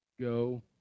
Go